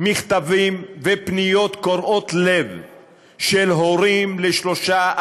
מכתבים ופניות קורעות לב של הורים לשלושה,